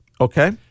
Okay